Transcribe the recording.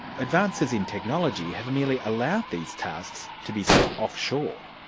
advances in technology have merely allowed these tasks to be sent offshore.